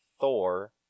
Thor